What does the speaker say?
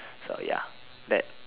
so ya that